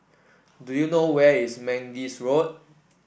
do you know where is Mangis Road